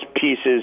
pieces